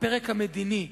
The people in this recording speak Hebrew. הפרק המדיני.